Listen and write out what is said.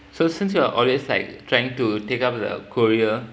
so since you are always like trying to take up the korea